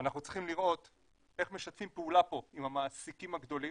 אנחנו צריכים לראות איך משתפים פעולה פה עם המעסיקים הגדולים,